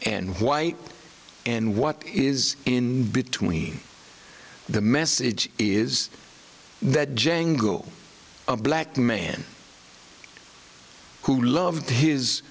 and white and what is in between the message is that django a black man who loved his